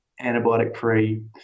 antibiotic-free